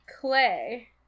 Clay